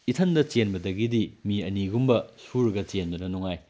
ꯏꯊꯟꯇ ꯆꯦꯟꯕꯗꯒꯤꯗꯤ ꯃꯤ ꯑꯅꯤꯒꯨꯝꯕ ꯁꯨꯔꯒ ꯆꯦꯟꯕꯅ ꯅꯨꯡꯉꯥꯏ